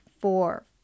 four